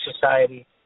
society